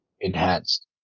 enhanced